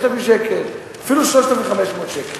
5,000 שקל, אפילו 3,500 שקל.